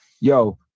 Yo